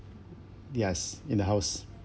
yes in the house